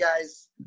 guys